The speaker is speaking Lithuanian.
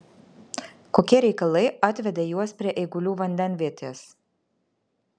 kokie reikalai atvedė juos prie eigulių vandenvietės